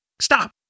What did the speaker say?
stop